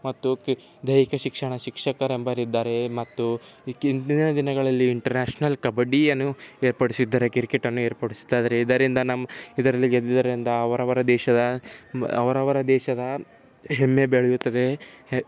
ಮತ್ತು ದೈಹಿಕ ಶಿಕ್ಷಣ ಶಿಕ್ಷಕರು ಎಂಬರಿದ್ದಾರೆ ಮತ್ತು ಹಿಂದಿನ ದಿನಗಳಲ್ಲಿ ಇಂಟರ್ನ್ಯಾಷನಲ್ ಕಬ್ಬಡಿಯನ್ನು ಏರ್ಪಡಿಸಿದ್ದಾರೆ ಕ್ರಿಕೆಟನ್ನು ಏರ್ಪಡಿಸ್ತಾಯಿದ್ದಾರೆ ಇದರಿಂದ ನಮ್ಮ ಇದರಲ್ಲಿ ಗೆದ್ದಿದ್ದರೆಂದ ಅವರ ಅವರ ದೇಶದ ಅವರ ಅವರ ದೇಶದ ಹೆಮ್ಮೆ ಬೆಳೆಯುತ್ತದೆ